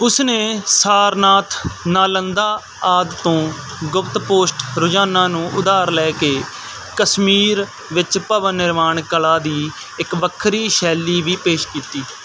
ਉਸ ਨੇ ਸਾਰਨਾਥ ਨਾਲੰਦਾ ਆਦਿ ਤੋਂ ਗੁਪਤ ਪੋਸਟ ਰੁਝਾਨਾਂ ਨੂੰ ਉਧਾਰ ਲੈ ਕੇ ਕਸ਼ਮੀਰ ਵਿੱਚ ਭਵਨ ਨਿਰਮਾਣ ਕਲਾ ਦੀ ਇੱਕ ਵੱਖਰੀ ਸ਼ੈਲੀ ਵੀ ਪੇਸ਼ ਕੀਤੀ